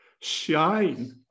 shine